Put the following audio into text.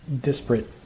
disparate